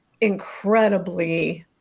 incredibly